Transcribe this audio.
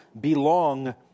belong